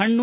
ಹಣ್ಣು